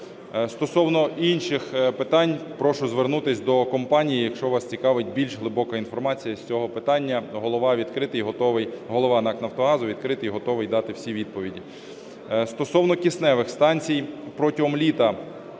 Стосовно інших питань, прошу звернутись до компанії, якщо вас цікавить більш глибока інформація з цього питання. Голова відкритий і готовий… Голова НАК "Нафтогазу" відкритий і готовий дати всі відповіді. Стосовно кисневих станцій. Протягом літа